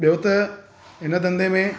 ॿियो त इन धंधे में